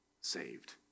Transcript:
saved